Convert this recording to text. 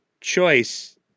choice